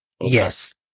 yes